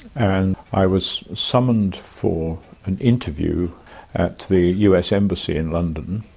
and i was summoned for an interview at the us embassy in london,